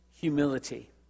humility